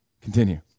Continue